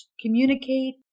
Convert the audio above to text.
communicate